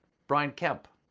brian kemp.